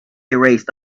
erased